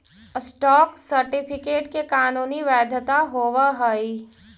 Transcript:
stock certificate के कानूनी वैधता होवऽ हइ